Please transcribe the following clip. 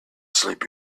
sleep